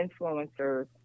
influencers